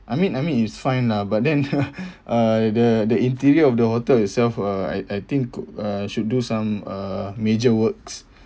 I mean I mean it's fine lah but then uh the the interior of the hotel itself uh I I think uh should do some uh major works